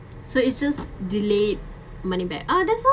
so it's just delayed money back uh that's all